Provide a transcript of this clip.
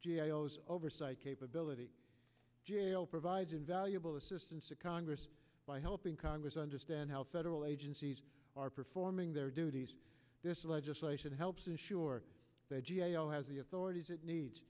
geos oversight capability jail provides invaluable assistance to congress by helping congress understand how federal agencies are performing their duties this legislation helps ensure the g a o has the authorities it needs